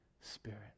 Spirit